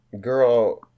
Girl